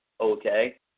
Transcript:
okay